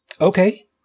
Okay